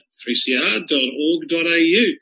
3cr.org.au